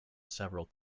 several